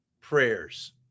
prayers